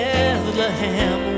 Bethlehem